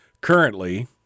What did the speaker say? currently